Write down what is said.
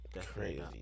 crazy